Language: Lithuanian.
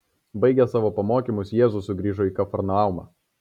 baigęs savo pamokymus jėzus sugrįžo į kafarnaumą